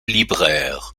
libraire